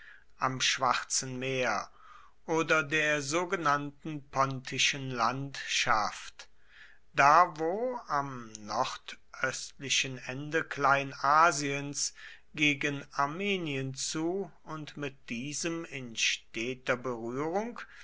am schwarzen meer oder der sogenannten pontischen landschaft da wo am nordöstlichen ende kleinasiens gegen armenien zu und mit diesem in steter berührung